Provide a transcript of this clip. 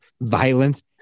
violence